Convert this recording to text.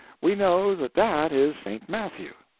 we know that that is st. matthew.